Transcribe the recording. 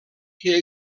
que